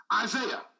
Isaiah